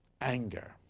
anger